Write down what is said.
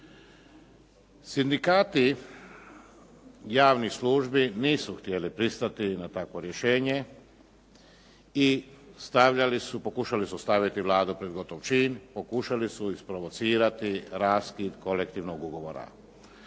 Sindikati javnih službi nisu htjeli pristati na takvo rješenje i pokušali su staviti Vladu pred gotov čin, pokušali su isprovocirati raskid kolektivnog ugovora.